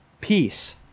peace